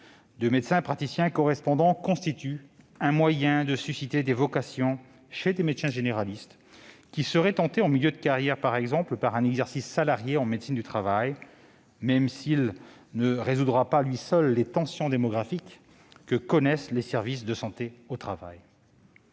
de médecin praticien correspondant constitue un moyen de susciter des vocations chez des médecins généralistes qui seraient tentés, par exemple en milieu de carrière, par un exercice salarié en médecine du travail, même s'il ne résoudra pas à lui seul les tensions démographiques que connaissent les services de santé au travail.